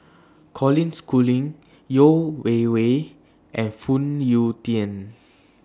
Colin Schooling Yeo Wei Wei and Phoon Yew Tien